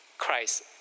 Christ